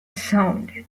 sound